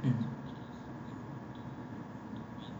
mm